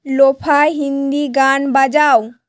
lo-fi Hindi গান বাজাও